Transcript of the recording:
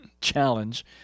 challenge